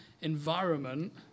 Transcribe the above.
environment